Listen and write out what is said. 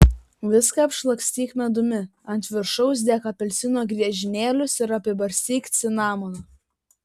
viską apšlakstyk medumi ant viršaus dėk apelsino griežinėlius ir apibarstyk cinamonu